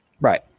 Right